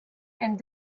and